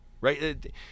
right